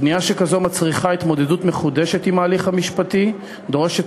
פנייה כזאת מצריכה התמודדות מחודשת עם ההליך המשפטי ודורשת